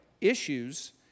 issues